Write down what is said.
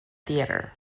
theatre